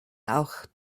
auch